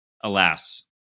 Alas